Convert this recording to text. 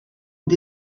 and